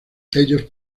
ellos